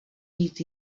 víc